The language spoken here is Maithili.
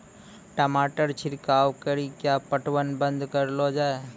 टमाटर छिड़काव कड़ी क्या पटवन बंद करऽ लो जाए?